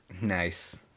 Nice